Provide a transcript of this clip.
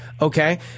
Okay